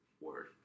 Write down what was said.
Word